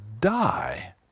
die